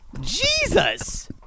Jesus